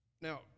Now